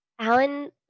Alan